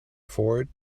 fort